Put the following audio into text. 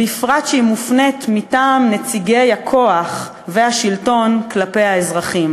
בפרט כשהיא מופנית מטעם נציגי הכוח והשלטון כלפי אזרחים.